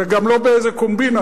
וגם לא באיזה קומבינה.